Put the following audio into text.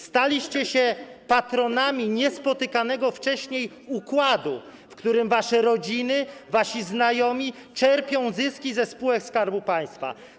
Staliście się patronami niespotykanego wcześniej układu, w którym wasze rodziny, wasi znajomi czerpią zyski ze spółek Skarbu Państwa.